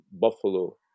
Buffalo